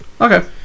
Okay